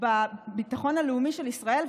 בביטחון הלאומי של ישראל,